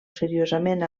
seriosament